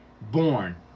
born